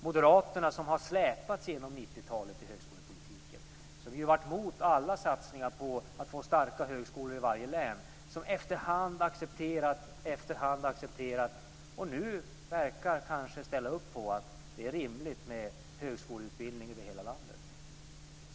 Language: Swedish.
Moderaterna har släpat sig igenom 90-talet i högskolepolitiken, har varit emot alla satsningar på starka högskolor i varje län, har accepterat efterhand och verkar nu ställa upp på att det är rimligt med högskoleutbildning över hela landet.